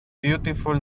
beautiful